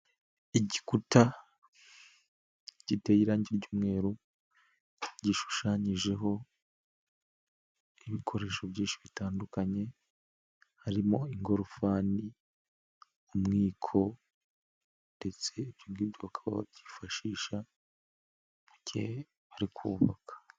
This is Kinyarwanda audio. Igikuta giteye irangi ry'umweru, gishushanyijeho ibikoresho byinshi bitandukanye harimo ingorofani, umwiko ndetse ibyo ngibyo bakaba babyifashisha mu gihe bari kubaka.